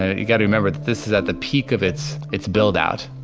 you got to remember this is at the peak of it's it's build out,